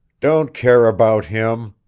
don't care about him,